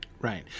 right